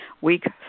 week